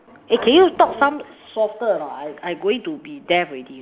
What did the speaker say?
eh can you talk some softer or not I I going to be deaf already